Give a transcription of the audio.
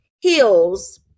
heels